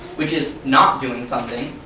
which is not doing something,